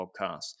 podcast